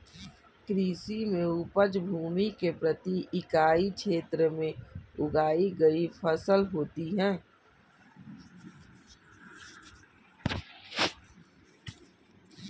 कृषि में उपज भूमि के प्रति इकाई क्षेत्र में उगाई गई फसल होती है